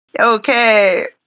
Okay